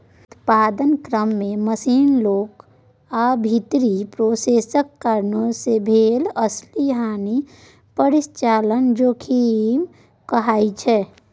उत्पादन क्रम मे मशीन, लोक आ भीतरी प्रोसेसक कारणेँ भेल असली हानि परिचालन जोखिम कहाइ छै